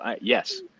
yes